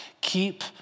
Keep